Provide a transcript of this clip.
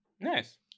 Nice